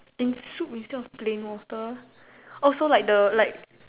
in soup instead of plain water oh so like the like